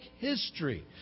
history